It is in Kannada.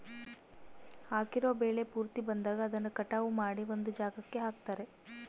ಹಾಕಿರೋ ಬೆಳೆ ಪೂರ್ತಿ ಬಂದಾಗ ಅದನ್ನ ಕಟಾವು ಮಾಡಿ ಒಂದ್ ಜಾಗಕ್ಕೆ ಹಾಕ್ತಾರೆ